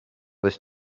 was